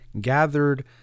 gathered